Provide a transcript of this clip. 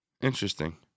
Interesting